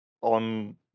on